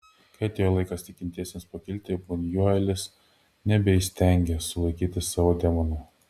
kai atėjo laikas tikintiesiems pakilti bunjuelis nebeįstengė sulaikyti savo demonų